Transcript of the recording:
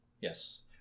Yes